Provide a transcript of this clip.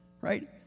right